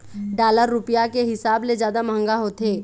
dollar रुपया के हिसाब ले जादा मंहगा होथे